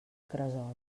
cresol